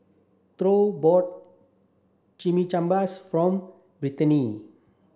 Thyra bought Chimichanbas from Brittani